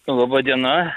laba diena